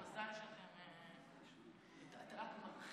שלוש